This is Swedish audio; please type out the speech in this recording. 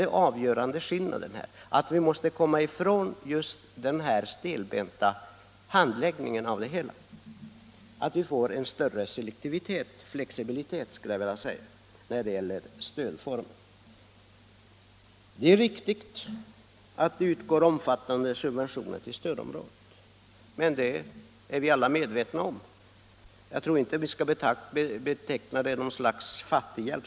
Det avgörande är att vi kommer ifrån den stelbenta handläggningen av ärendena och får en större flexibilitet när det gäller stödformer. Det är riktigt att det utgår omfattande subventioner till stödområdet, men det är vi alla medvetna om. Jag tror inte att vi skall beteckna det som något slags fattighjälp.